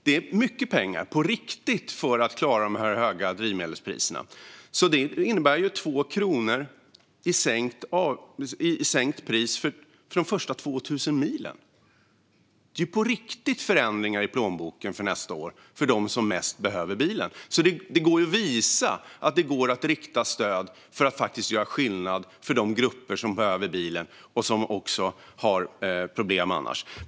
Det är mycket pengar, på riktigt, för att klara de höga drivmedelspriserna. Det innebär 2 kronor i sänkt pris för de första 2 000 milen. Det är riktiga förändringar i plånboken under nästa år för dem som behöver bilen mest. Det går att visa att det går att rikta stöd för att faktiskt göra skillnad för de grupper som behöver bilen och som annars får problem.